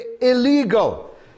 illegal